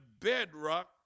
bedrock